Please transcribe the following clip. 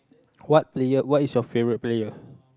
what player what is your favourite player